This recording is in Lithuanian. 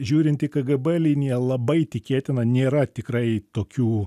žiūrint į kgb liniją labai tikėtina nėra tikrai tokių